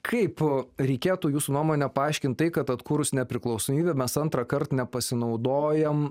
kaip reikėtų jūsų nuomone paaiškinti tai kad atkūrus nepriklausomybę mes antrąkart nepasinaudojame